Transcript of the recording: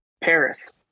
Paris